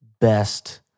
best